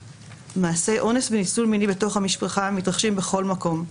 מעשי אונס וניצול מיני בתוך המשפחה מתרחשים בכל מקום,